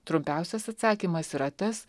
trumpiausias atsakymas yra tas